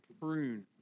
prune